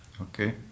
Okay